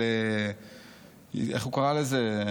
איך הוא קרא לזה?